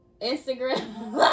Instagram